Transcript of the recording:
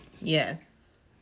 yes